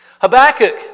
Habakkuk